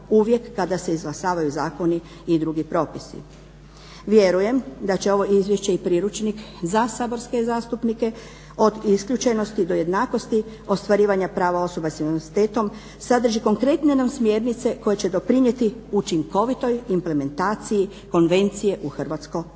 uvijek kada se izglasavaju zakoni i drugi propisi. Vjerujem da će ovo izvješće i Priručnik za saborske zastupnike od isključenosti do jednakosti ostvarivanja prava osoba s invaliditetom sadrži konkretne nam smjernice koje će doprinijeti učinkovitoj implementaciji konvencije u hrvatsko